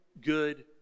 good